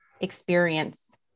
experience